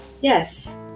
yes